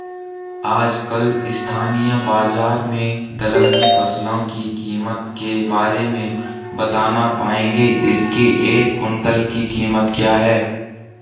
आजकल स्थानीय बाज़ार में दलहनी फसलों की कीमत के बारे में बताना पाएंगे इसकी एक कुन्तल की कीमत क्या है?